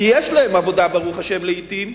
כי יש להם עבודה, ברוך השם, לעתים,